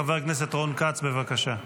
חבר הכנסת רון כץ, בבקשה.